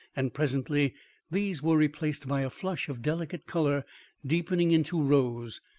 and presently these were replaced by a flush of delicate colour deepening into rose,